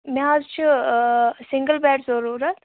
مےٚ حظ چھُ آ سِنگٔل بیڈ ضروٗرت